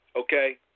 okay